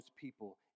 people